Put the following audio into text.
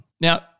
now